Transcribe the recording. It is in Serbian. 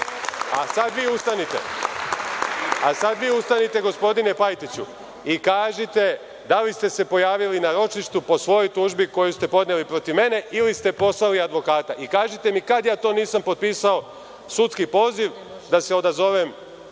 Sada vi ustanite, gospodine Pajtiću, i kažite da li ste se pojavili na ročištu po svojoj tužbi koju ste podneli protiv mene, ili ste poslali advokata i kažite mi kada ja to nisam potpisao sudski poziv da se odazovem